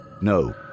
No